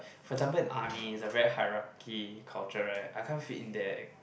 for example in army is a very hierarchy culture right I cannot fit in there